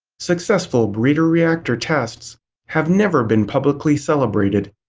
successful breeder reactor tests have never been publicly celebrated.